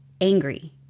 angry